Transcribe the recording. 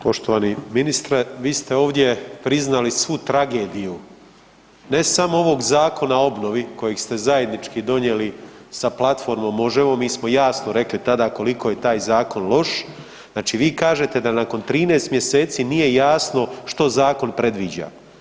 Poštovani ministre, vi ste ovdje priznali svu tragediju, ne samo ovog Zakona o obnovi kojeg ste zajednički donijeli sa platformom Možemo, mi smo jasno rekli tada koliko je taj zakon loš, znači vi kažete da nakon 13 mjeseci nije jasno što zakon predviđa.